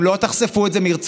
אם לא תחשפו את זה מרצונכם,